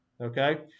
okay